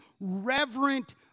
reverent